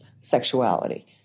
sexuality